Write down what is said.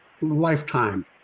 lifetime